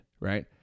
right